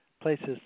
places